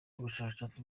ubushakashatsi